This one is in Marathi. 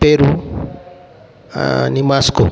पेरू आणि मास्को